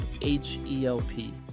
H-E-L-P